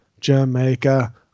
Jamaica